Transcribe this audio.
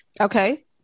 Okay